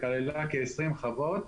שכללה כ-20 חוות.